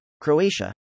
Croatia